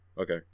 okay